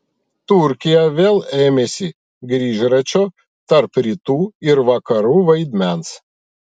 turkija vėl ėmėsi grįžračio tarp rytų ir vakarų vaidmens